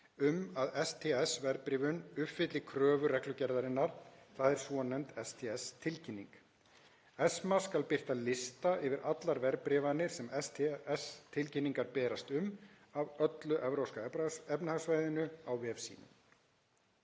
um að STS-verðbréfun uppfylli kröfur reglugerðarinnar, þ.e. svonefnd STS-tilkynning. ESMA skal birta lista yfir allar verðbréfanir sem STS-tilkynningar berast um, af öllu Evrópska efnahagssvæðinu, á vef sínum.